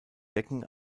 decken